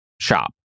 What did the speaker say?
shop